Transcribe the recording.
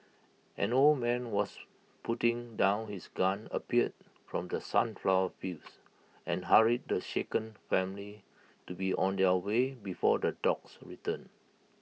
an old man who was putting down his gun appeared from the sunflower fields and hurried the shaken family to be on their way before the dogs return